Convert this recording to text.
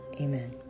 Amen